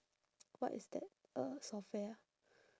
what is that uh software ah